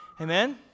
Amen